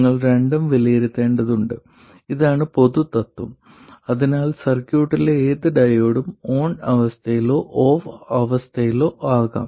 നിങ്ങൾ രണ്ടും വിലയിരുത്തേണ്ടതുണ്ട് ഇതാണ് പൊതു തത്വം അതിനാൽ സർക്യൂട്ടിലെ ഏത് ഡയോഡും ഓൺ അവസ്ഥയിലോ ഓഫ് അവസ്ഥയിലോ ആകാം